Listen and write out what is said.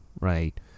right